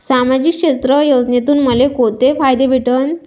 सामाजिक क्षेत्र योजनेतून मले कोंते फायदे भेटन?